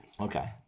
Okay